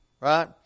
right